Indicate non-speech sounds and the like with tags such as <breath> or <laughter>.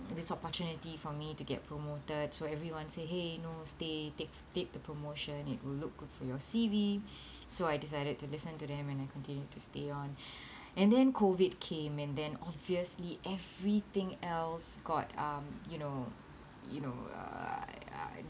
this opportunity for me to get promoted so everyone say !hey! no stay take take the promotion it will look good for your C_V <breath> so I decided to listen to them and I continued to stay on <breath> and then COVID came and then obviously everything else got um you know you know uh